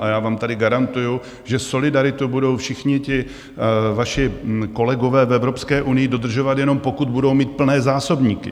A já vám tady garantuju, že solidaritu budou všichni vaši kolegové v Evropské unii dodržovat, jenom pokud budou mít plné zásobníky.